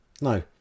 No